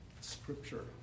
scripture